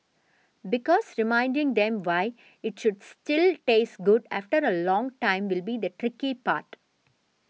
because reminding them why it should still taste good after a long time will be the tricky part